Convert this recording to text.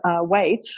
weight